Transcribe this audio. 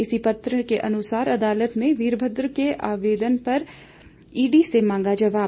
इसी पत्र के अनुसार अदालत ने वीरमद्र के आवेदन पर ईडी से मांगा जवाब